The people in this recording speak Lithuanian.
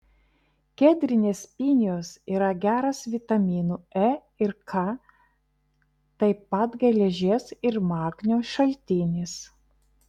kedrinės pinijos yra geras vitaminų e ir k taip pat geležies ir magnio šaltinis